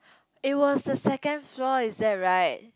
it was a second floor is that right